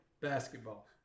basketball